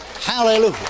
Hallelujah